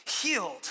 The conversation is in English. healed